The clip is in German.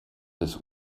des